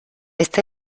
este